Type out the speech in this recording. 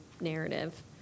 narrative